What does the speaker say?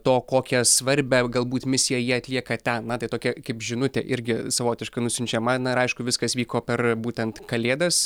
to kokią svarbią galbūt misiją jie atlieka ten na tai tokia kaip žinutė irgi savotiškai nusiunčiama na ir aišku viskas vyko per būtent kalėdas